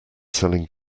selling